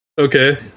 Okay